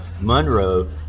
Monroe